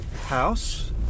house